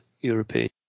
European